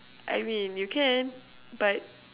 I mean you can but